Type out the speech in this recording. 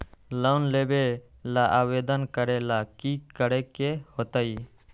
Loan लेबे ला आवेदन करे ला कि करे के होतइ?